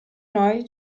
noi